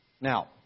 Now